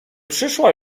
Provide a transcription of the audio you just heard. przyszła